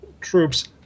troops